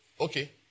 okay